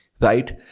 right